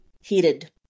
heated